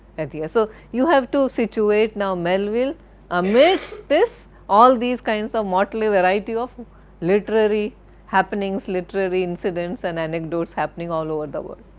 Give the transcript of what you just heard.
and so you have to situate now, melville amidst this, all these kinds of motley variety of literary happenings, literary incidents and anecdotes happening all over the world.